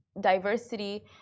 diversity